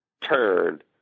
turn